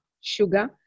sugar